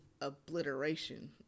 obliteration